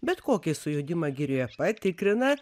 bet kokį sujudimą girioje patikrina